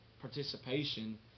participation